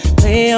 play